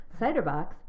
Ciderbox